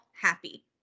happy